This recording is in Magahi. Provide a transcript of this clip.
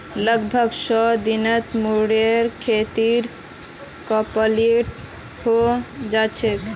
लगभग सौ दिनत मूंगेर खेती कंप्लीट हैं जाछेक